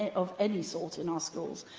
of any sort, in our schools,